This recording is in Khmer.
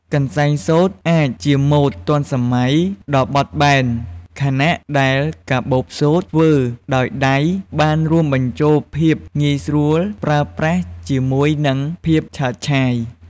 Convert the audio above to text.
កន្សែងសូត្រអាចជាម៉ូដទាន់សម័យដ៏បត់បែន ខណៈដែលកាបូបសូត្រធ្វើដោយដៃបានរួមបញ្ចូលភាពងាយស្រួលប្រើប្រាស់ជាមួយនឹងភាពឆើតឆាយ។